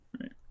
right